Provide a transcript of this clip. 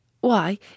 Why